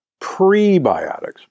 prebiotics